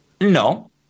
No